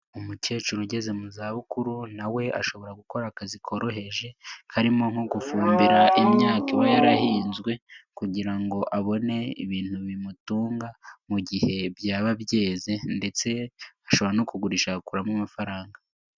Umukecuru ugeze mu za bukuru na we ashobora gukora akazi koroheje, karimo nko gufumbira imyaka iba yarahinzwe kugira ngo abone ibintu bimutunga mu gihe byaba byeze ndetse ashobora no kugurisha agakuramo amafaranga.